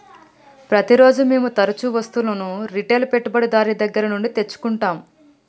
ప్రతిరోజూ మేము తరుచూ వస్తువులను రిటైల్ పెట్టుబడిదారుని దగ్గర నుండి తెచ్చుకుంటం